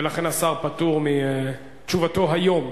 ולכן השר פטור מתשובתו היום.